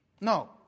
No